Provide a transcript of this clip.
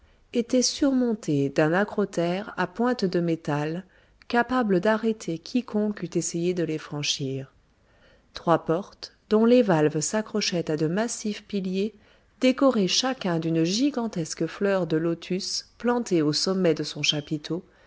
étaient surmontés d'un acrotère à pointes de métal capable d'arrêter quiconque eût essayé de les franchir trois portes dont les valves s'accrochaient à de massifs piliers décorés chacun d'une gigantesque fleur de lotus plantée au sommet de son chapiteau